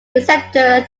receptor